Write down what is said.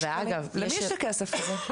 למי יש את הכסף הזה?